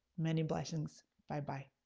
many blessings, bye bye.